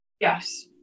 Yes